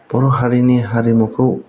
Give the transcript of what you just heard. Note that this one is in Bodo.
बर' हारिनि हारिमुखौ